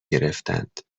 گرفتند